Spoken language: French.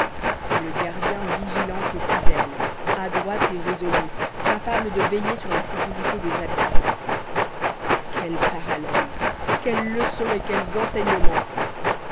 le gardien vigilant et fidèle adroit et résolu capable de veiller sur la sécurité des habitants quel parallèle quelle leçon et quels enseignements